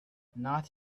not